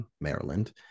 Maryland